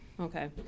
Okay